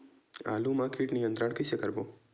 आलू मा कीट नियंत्रण कइसे करबो?